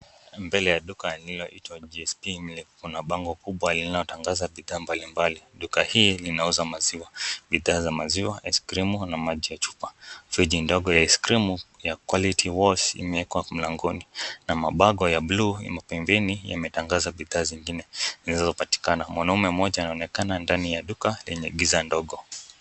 Mbele ya duka linaloitwa JSP milk, kuna bango kubwa linalotangaza bidhaa mbalimbali. Duka hii linauza maziwa, bidhaa za maziwa, ice cream[/cs], na maji ya chupa. Friji ndogo ya ice cream ya Quality Walls[/cs] imewekwa mlangoni, na mabango ya blue[/cs] pembeni yametangaza bidhaa zingine zinazopatikana. Mwanaume mmoja anaonekana ndani ya duka lenye giza ndogo.